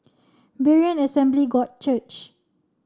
Berean Assembly God Church